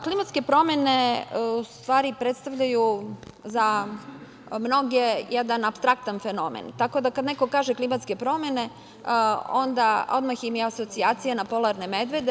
Klimatske promene, u stvari predstavljaju za mnoge jedan apstraktan fenomen, tako da kada neko kaže klimatske promene odmah im je asocijacija na polarne medvede.